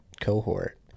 cohort